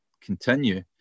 continue